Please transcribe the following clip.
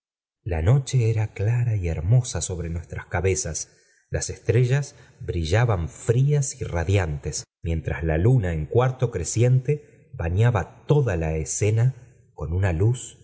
la noche era clara y hermosa sobre nuestras cabezas las estrellas brillaban frías y radiantes mientras la luna en cuarto creciente bañaba b da la escena con una luz